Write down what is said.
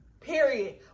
period